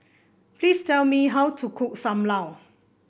please tell me how to cook Sam Lau